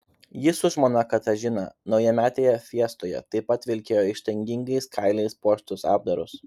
jis su žmona katažina naujametėje fiestoje taip pat vilkėjo ištaigingais kailiais puoštus apdarus